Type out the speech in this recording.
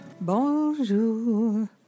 Bonjour